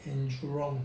in jurong